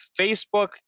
Facebook